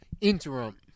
interim